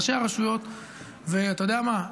ראשי הרשויות, אתה יודע מה?